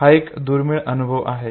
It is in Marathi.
हा एक दुर्मिळ अनुभव आहे